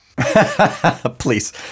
Please